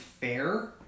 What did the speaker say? fair